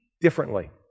differently